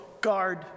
Guard